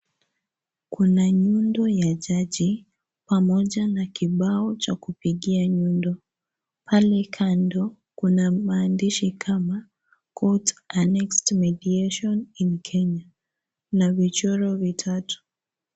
Kuna nyundo ya jaji, pamoja na kibao cha kupigia nyundo. Pale kando, kuna maandishi kama court annexed mediation in Kenya , na vichoro vitatu.